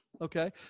Okay